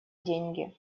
деньги